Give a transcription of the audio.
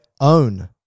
own